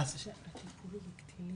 אוקי,